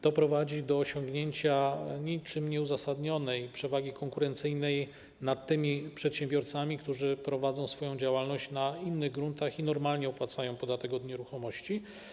To prowadzi do osiągnięcia niczym nieuzasadnionej przewagi konkurencyjnej nad tymi przedsiębiorcami, którzy prowadzą swoją działalność na innych gruntach i normalnie opłacają podatek od nieruchomości.